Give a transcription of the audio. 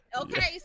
okay